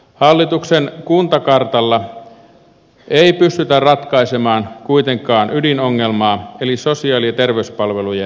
hallituksen kuntakartalla ei pystytä ratkaisemaan kuitenkaan ydinongelmaa eli sosiaali ja terveyspalvelujen tuottamista